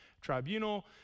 tribunal